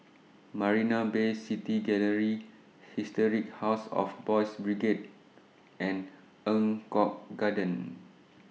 Marina Bay City Gallery Historic House of Boys' Brigade and Eng Kong Garden